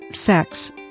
sex